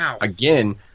again